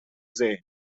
zijn